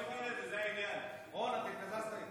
רון, אתה התקזזת.